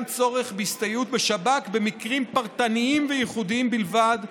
צורך בהסתייעות בשב"כ במקרים פרטניים וייחודיים בלבד,